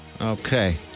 Okay